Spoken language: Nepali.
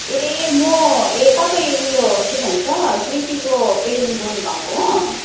ए म ए तपाईँ उयो के भन्छ कृतिको पेरेन्ट्स बोल्नुभएको हो